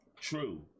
True